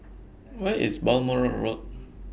Where IS Balmoral Road